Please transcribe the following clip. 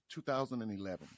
2011